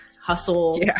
hustle